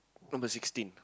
number sixteen